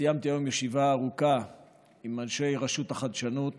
סיימתי היום ישיבה ארוכה עם אנשי רשות החדשנות